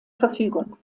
verfügung